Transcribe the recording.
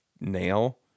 nail